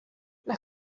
las